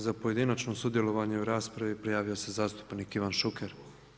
Za pojedinačno sudjelovanje u raspravi prijavio se zastupnik Ivan Šuker.